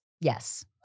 Yes